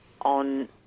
on